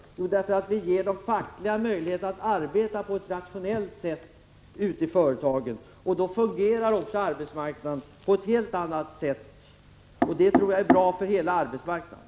Jo, därför att vi ger de fackliga företrädarna möjlighet att arbeta på ett rationellt sätt i företagen. Då fungerar det också på ett helt annat sätt än annars, och det är bra för hela arbetsmarknaden.